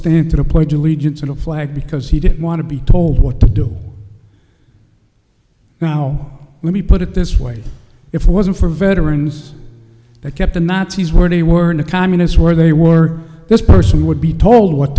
stand to pledge allegiance to the flag because he didn't want to be told what to do now let me put it this way if it wasn't for veterans that kept the nazis were they weren't a communist or they were this person would be told what